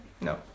No